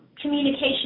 communication